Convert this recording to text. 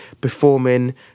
performing